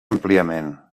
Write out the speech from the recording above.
àmpliament